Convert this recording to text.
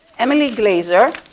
emily glazer